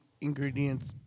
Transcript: ingredients